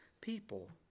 people